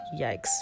yikes